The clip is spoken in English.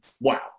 wow